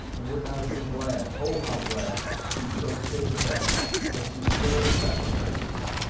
and would not have been glad oh, how glad to so shape events as to spare the sacrifices.